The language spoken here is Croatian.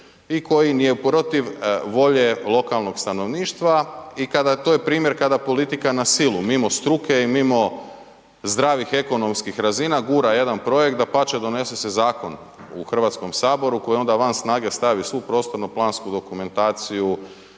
i koji je protiv volje lokalnog stanovništva i kada, to je primjer kada politika na silu, mimo struke i mimo zdravih ekonomskih razina gura jedan projekt, dapače donese se zakon u HS koji onda van snage stavi svu prostorno plansku dokumentaciju,